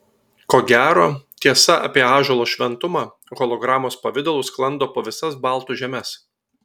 ko gero tiesa apie ąžuolo šventumą hologramos pavidalu sklando po visas baltų žemes